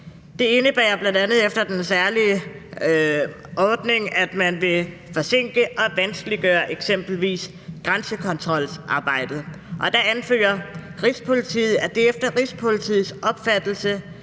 Det indebærer bl.a. efter den særlige ordning, at man vil forsinke og vanskeliggøre eksempelvis grænsekontrolsarbejdet. Og Rigspolitiet anfører her, at det efter Rigspolitiets opfattelse